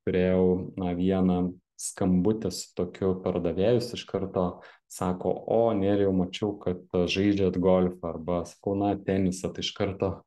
turėjau vieną skambutį su tokiu pardavėju jis iš karto sako o nerijau mačiau kad žaidžiat golfą arba sakau na tenisą tai iš karto